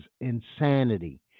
insanity